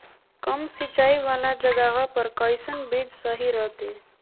कम सिंचाई वाला जगहवा पर कैसन बीज सही रहते?